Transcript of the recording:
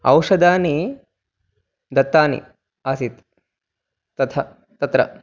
औषधानि दत्तानि आसीत् तथा तत्र